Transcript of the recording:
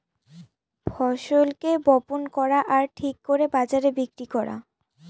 ফসলকে বপন করা আর ঠিক দরে বাজারে বিক্রি করা